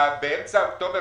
באמצע אוקטובר,